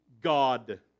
God